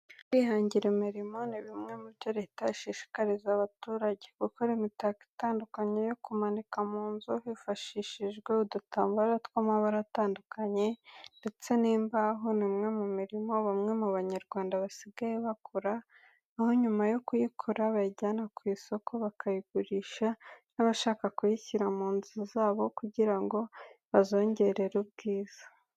Kwihangira imirimo ni bimwe mu byo Leta ishishikariza abaturage. Gukora imitako itandukanye yo kumanika mu nzu hifashishijwe udutambaro tw'amabara atandukanye ndetse n'imbaho ni umwe mu mirimo bamwe mu banyarwanda basigaye bakora, aho nyuma yo kuyikora bayijyana ku isoko bakayigurisha n'abashaka kuyishyira mu nzu zabo kugira ngo bazongerere ubwiza.